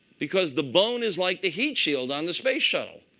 because the bone is like the heat shield on the space shuttle.